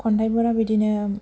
खन्थाइफोरा बिदिनो